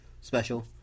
special